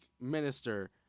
minister